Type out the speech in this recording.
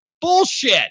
Bullshit